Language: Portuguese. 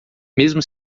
mesmo